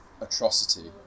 atrocity